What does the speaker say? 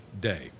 day